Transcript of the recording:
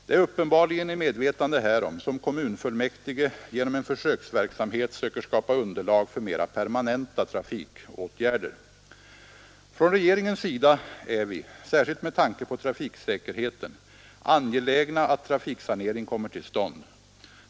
Det är uppenbarligen i medvetande härom som kommunfullmäktige genom en försöksverksamhet söker skapa underlag för mera Från regeringens sida är vi — särskilt med tanke på trafiksäkerheten — angelägna att trafiksanering kommer till stånd.